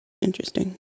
interesting